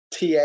TA